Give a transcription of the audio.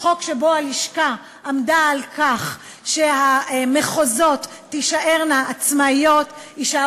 חוק שבו הלשכה עמדה על כך שהמחוזות יישארו עצמאים,